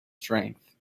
strength